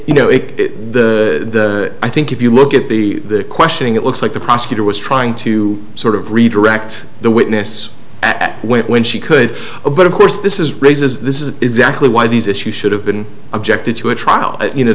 you know it i think if you look at the questioning it looks like the prosecutor was trying to sort of redirect the witness when she could but of course this is raises this is exactly why these issues should have been objected to a trial you know